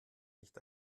nicht